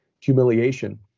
humiliation